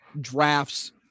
drafts